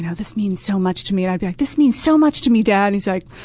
and this means so much to me. i'd be like, this means so much to me, dad. he's like,